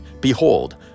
behold